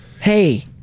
Hey